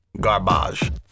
Garbage